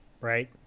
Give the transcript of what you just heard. Right